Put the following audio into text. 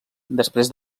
després